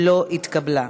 לא התקבלה.